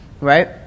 Right